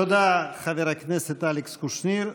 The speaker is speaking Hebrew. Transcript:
תודה, חבר הכנסת אלכס קושניר.